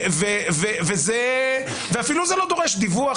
וזה אפילו לא דורש דיווח,